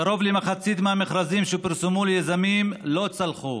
קרוב למחצית המכרזים שפורסמו ליזמים לא צלחו.